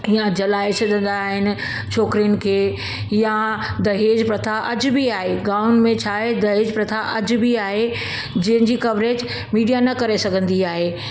हीअं जलाए छॾंदा आहिनि छोकिरियुनि खे या दहेज प्रथा अॼु बि आहे गाउनि में छा आहे दहेज प्रथा अॼु बि आहे जंहिंजी कवरेज मीडिया न करे सघंदी आहे